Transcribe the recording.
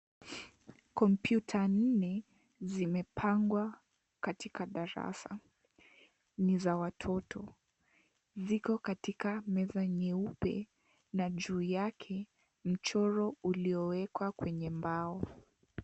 Kompyuta nne zimepangwa katika darasa; ni za watoto. Ziko katika meza nyeupe na juu yake mchoro uliowekwa kwenye mbao.